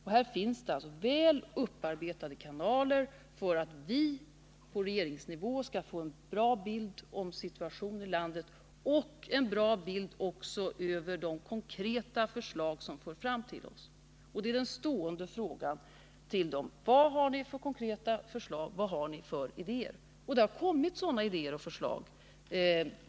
Här finns alltså väl upparbetade kanaler som ger oss på regeringsnivå möjlighet att få en bra bild av situationen i landet och få kännedom om de konkreta förslag som förs fram. Och vår stående fråga till dem är: Vilka konkreta förslag har ni, vilka idéer har ni? Och av och till har det framförts idéer och förslag.